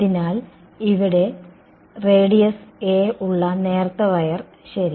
അതിനാൽ ഇവിടെ radius a ഉള്ള നേർത്ത വയർ ശരി